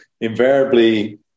invariably